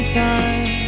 time